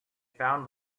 found